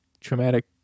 traumatic